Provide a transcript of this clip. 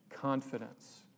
confidence